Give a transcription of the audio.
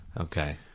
Okay